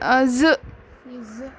آ زٕ زٕ